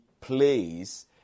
plays